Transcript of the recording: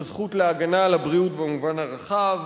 בזכות להגנה על הבריאות במובן הרחב.